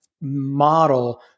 model